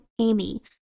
Amy